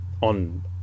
on